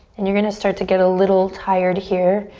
and you're gonna start to get a little tired here.